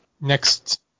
next